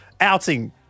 outing